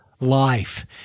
life